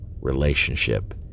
relationship